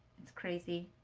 it's crazy.